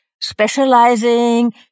specializing